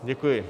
Děkuji.